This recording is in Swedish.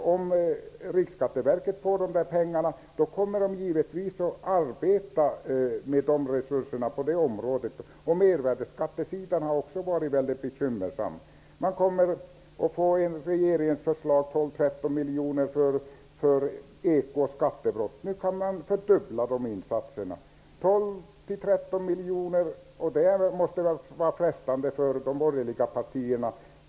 Om Riksskatteverket får de här pengarna kommer man givetvis att använda resurserna på området i fråga. På mervärdessskattesidan har det också varit väldigt bekymmersamt. Regeringens förslag gäller 12--13 miljoner kronor för eko och skattebrott. Nu kan de insatserna fördubblas. 12--13 miljoner skall användas för kontroll av löntagarna, och det måste väl vara frestande för de borgerliga partierna.